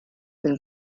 been